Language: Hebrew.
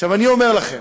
עכשיו, אני אומר לכם: